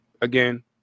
again